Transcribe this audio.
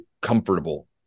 comfortable